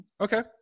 okay